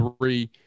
three